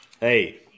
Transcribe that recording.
Hey